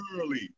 Early